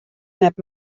net